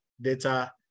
data